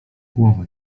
głowa